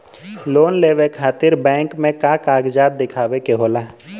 Loan लेवे खातिर bank मे का कागजात दिखावे के होला?